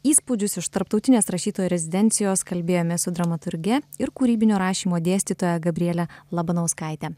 įspūdžius iš tarptautinės rašytojų rezidencijos kalbėjomės su dramaturge ir kūrybinio rašymo dėstytoja gabriele labanauskaite